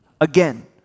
Again